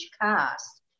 cast